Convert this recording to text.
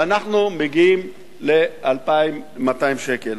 ואנחנו מגיעים ל-2,200 שקל.